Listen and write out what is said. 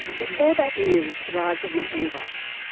before that news arrived in my inbox,